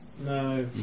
no